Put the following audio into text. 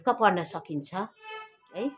ढुक्क पर्न सकिन्छ है